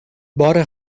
بار